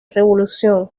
revolución